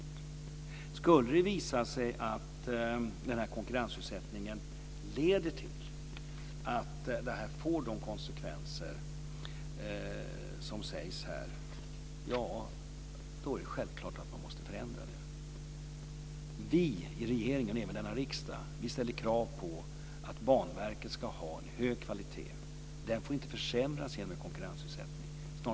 Om det skulle visa sig att den här konkurrensutsättningen leder till att detta får de konsekvenser som sägs här, är det självklart att man måste förändra det. Vi i regeringen och även riksdagen ställer krav på att Banverket ska ha en hög kvalitet. Den får inte försämras genom en konkurrensutsättning.